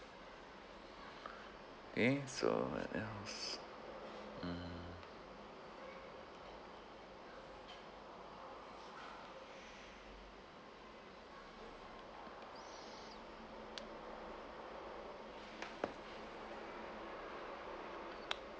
okay so what else mm